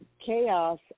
chaos